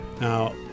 Now